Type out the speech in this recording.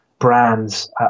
brands